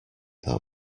that